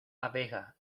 abeja